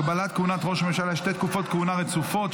הגבלת כהונת ראש הממשלה לשתי תקופות כהונה רצופות),